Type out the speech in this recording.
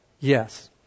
Yes